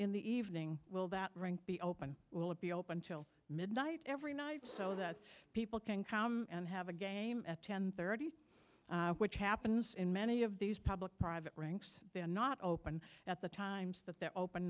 in the evening will that rink be open will it be open till midnight every night so that people can come and have a game at ten thirty which happens in many of these public private rinks they are not open at the times that they're open